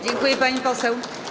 Dziękuję, pani poseł.